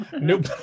Nope